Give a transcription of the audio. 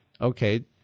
okay